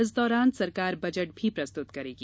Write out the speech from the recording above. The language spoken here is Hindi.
इस दौरान सरकार बजट भी प्रस्तुत करेगी